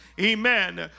Amen